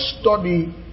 study